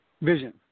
vision